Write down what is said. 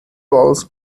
walls